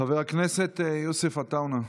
חבר הכנסת יוסף עטאונה.